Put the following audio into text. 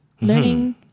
Learning